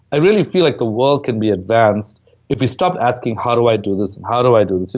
i really feel like the world can be advanced if we stopped asking how do i do this? and, how do i do this? you